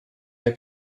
der